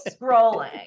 scrolling